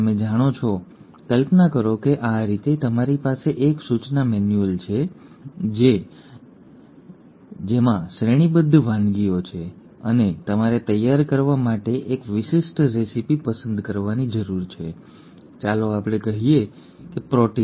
તમે જાણો છો કલ્પના કરો કે આ રીતે તમારી પાસે એક સૂચના મેન્યુઅલ છે જેમાં શ્રેણીબદ્ધ વાનગીઓ છે અને તમારે તૈયાર કરવા માટે એક વિશિષ્ટ રેસીપી પસંદ કરવાની જરૂર છે ચાલો આપણે કહીએ કે પ્રોટીન